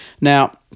Now